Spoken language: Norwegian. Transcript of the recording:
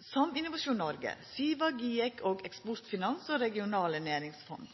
som Innovasjon Norge, SIVA, GIEK, Eksportfinans og regionale næringsfond,